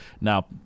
now